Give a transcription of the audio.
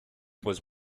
was